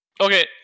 Okay